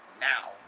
now